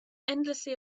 endlessly